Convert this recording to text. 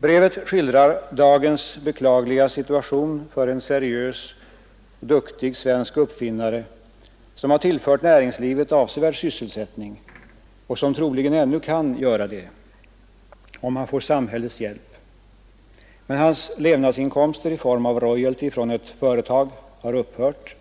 Brevet skildrar dagens beklagliga situation för en seriös och duktig svensk uppfinnare, som har tillfört näringslivet avsevärd sysselsättning och som troligen ännu kan göra det, om han får samhällets hjälp. Hans levnadsinkomster i form av royalty från ett företag har upphört